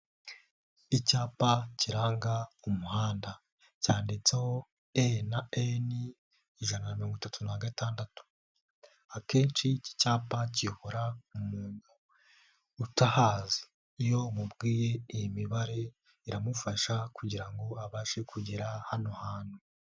Icyapa kiranga umuhanda cyanditseho e na eni ijana mirongo itatu na gatandatu. Akenshi iki cyapa kiyobora umuntu utahazi, iyo umubwiye iyi mibare iramufasha kugira ngo abashe kugera hano hantu.